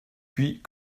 puis